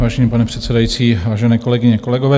Vážený pane předsedající, vážené kolegyně, kolegové.